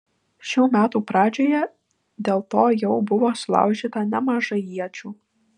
šių metų pradžioje dėl to jau buvo sulaužyta nemažai iečių